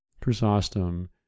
Chrysostom